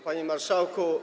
Panie Marszałku!